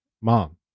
Mom